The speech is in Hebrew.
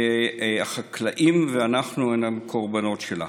והחקלאים ואנחנו הם קורבנות שלה.